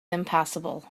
impassable